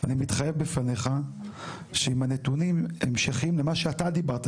אני מתחייב בפניך שעם הנתונים המשכיים למה שאתה דיברת,